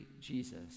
Jesus